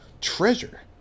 Treasure